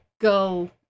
go